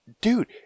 Dude